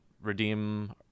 redeem